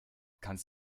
kannst